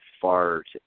fart